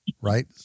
right